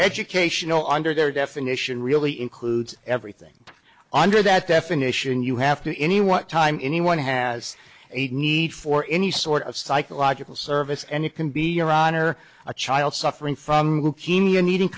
educational under their definition really includes everything under that definition you have to any what time anyone has a need for any sort of psychological service and it can be your honor a child suffering from